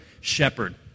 shepherd